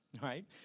right